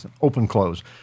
open-close